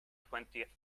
twentieth